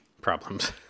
problems